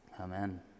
Amen